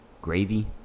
gravy